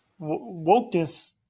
Wokeness